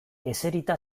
eserita